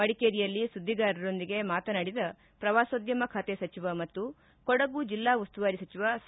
ಮಡಿಕೇರಿಯಲ್ಲಿ ಸುದ್ದಿಗಾರರೊಂದಿಗೆ ಮಾತನಾಡಿದ ಪ್ರವಾಸೋದ್ಯಮ ಖಾತೆ ಸಚಿವ ಮತ್ತು ಕೊಡಗು ಜಿಲ್ಲಾ ಉಸ್ತುವಾರಿ ಸಚಿವ ಸಾ